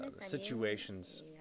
situations